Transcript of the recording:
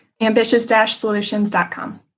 ambitious-solutions.com